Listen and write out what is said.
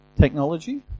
Technology